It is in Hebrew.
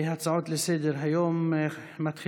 הצעות לסדר-היום מס'